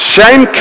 Shame